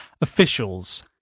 Officials